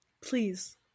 Please